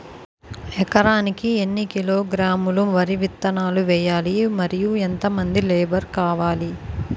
ఎకరానికి ఎన్ని కిలోగ్రాములు వరి విత్తనాలు వేయాలి? మరియు ఎంత మంది లేబర్ కావాలి?